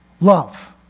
love